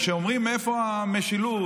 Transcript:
כשאומרים "איפה המשילות"